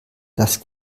das